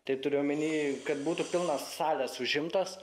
tai turiu uomeny kad būtų pilnos salės užimtos